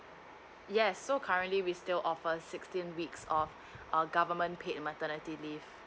yes so currently we still offer sixteen weeks of err government paid maternity leave